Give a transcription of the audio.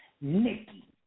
Nikki